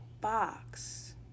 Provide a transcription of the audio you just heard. box